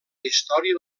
història